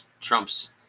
Trump's